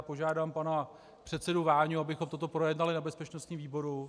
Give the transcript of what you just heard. Požádám pana předsedu Váňu, abychom toto projednali na bezpečnostním výboru.